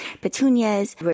Petunias